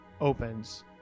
opens